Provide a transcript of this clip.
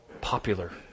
popular